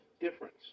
difference